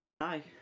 hi